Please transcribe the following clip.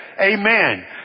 Amen